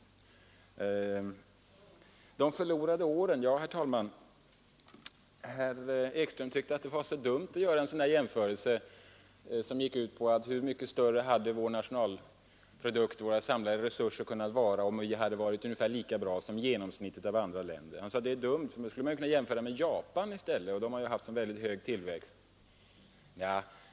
Vad angår de förlorade åren, herr talman, tyckte herr Ekström det var så dumt att göra en jämförelse som gick ut på att fråga: Hur mycket större hade vår nationalprodukt och våra samlade resurser kunnat vara, om vi hade varit ungefär lika bra som genomsnittet av andra länder? Han sade att det var ett dumt resonemang; man skulle ju i stället ha kunnat jämföra Sverige med Japan, som har haft en mycket hög tillväxt.